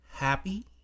happy